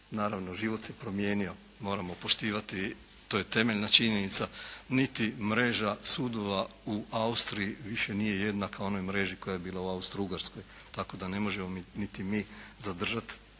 naravno život se promijenio, moramo poštivati, to je temeljna činjenica. Niti mreža sudova u Austriji više nije jednaka onoj mreži koja je bila u Austrougarskoj, tako da ne možemo niti mi zadržati.